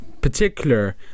particular